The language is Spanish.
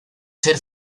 ser